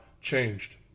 changed